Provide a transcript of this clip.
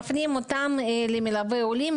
מפנים אותם למלווי עולים,